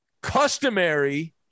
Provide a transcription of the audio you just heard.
customary